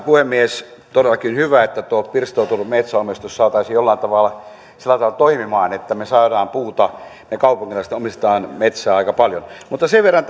puhemies on todellakin hyvä että tuo pirstoutunut metsänomistus saataisiin sillä tavalla toimimaan että me saamme puuta me kaupunkilaiset omistamme metsää aika paljon mutta sen verran